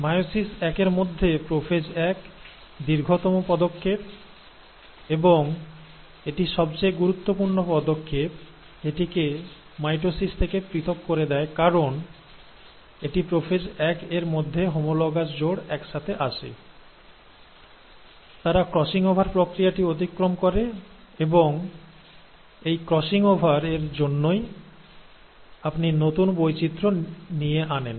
meiosis একের মধ্যে prophase এক দীর্ঘতম পদক্ষেপ এবং এটি সবচেয়ে গুরুত্বপূর্ণ পদক্ষেপ এটিকে মাইটোসিস থেকে পৃথক করে দেয় কারণ এটি প্রোফেজ এক এর মধ্যে হোমোলোগাস জোড় একসাথে আসে তারা ক্রসিং ওভার প্রক্রিয়াটি অতিক্রম করে এবং এই ক্রসিং ওভার এর জন্যই আপনি নতুন বৈচিত্র নিয়ে আনেন